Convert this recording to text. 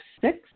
six